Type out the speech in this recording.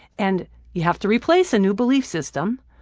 and you have to replace a new belief system,